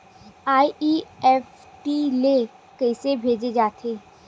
NEFT ले कइसे भेजे जाथे?